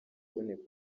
kuboneka